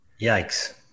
Yikes